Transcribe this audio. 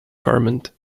ferment